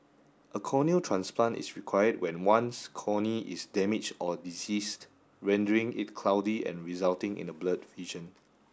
a corneal transplant is required when one's cornea is damaged or diseased rendering it cloudy and resulting in the blurred vision